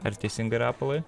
ar teisingai rapolai